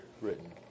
written